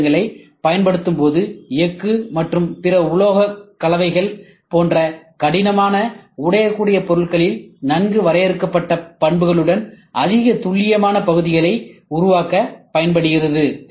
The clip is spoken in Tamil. சி இயந்திரங்களைப் பயன்படுத்தும் போது எஃகு மற்றும் பிற உலோகக் கலவைகள் போன்ற கடினமான உடையக்கூடிய பொருள்களில் நன்கு வரையறுக்கப்பட்ட பண்புகளுடன் அதிக துல்லியமான பகுதிகளை உருவாக்க பயன்படுகிறது